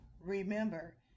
remember